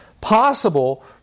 possible